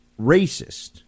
racist